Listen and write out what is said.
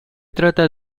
trata